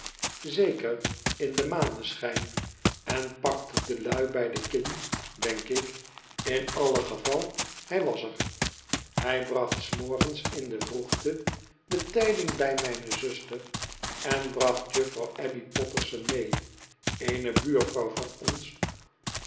zeker in den maneschijn en pakte de lui bij de kin denk ik in alle geval hij was er hij bracht s morgens in de vroegte de tijding bij mijnezuster en bracht juffrouw abbeypotterson mee eene buurvrouw van ons